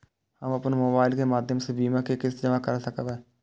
हम अपन मोबाइल के माध्यम से बीमा के किस्त के जमा कै सकब?